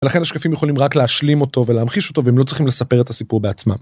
ולכן השקפים יכולים רק להשלים אותו ולהמחיש אותו והם לא צריכים לספר את הסיפור בעצמם.